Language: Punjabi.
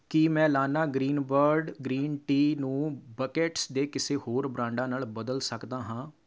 ਕੀ ਮੈਂ ਲਾਨਾ ਗ੍ਰੀਨਬਰਡ ਗ੍ਰੀਨ ਟੀ ਨੂੰ ਬਕੇਟਸ ਦੇ ਕਿਸੇ ਹੋਰ ਬ੍ਰਾਂਡਾਂ ਨਾਲ ਬਦਲ ਸਕਦਾ ਹਾਂ